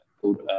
called